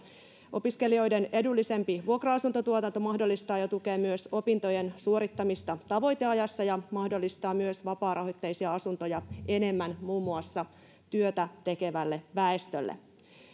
opiskelijoiden edullisempi vuokra asuntotuotanto mahdollistaa ja tukee opintojen suorittamista tavoiteajassa ja mahdollistaa myös vapaarahoitteisia asuntoja enemmän muun muassa työtä tekevälle väestölle